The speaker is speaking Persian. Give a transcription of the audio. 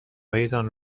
هایتان